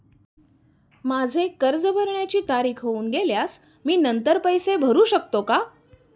माझे कर्ज भरण्याची तारीख होऊन गेल्यास मी नंतर पैसे भरू शकतो का?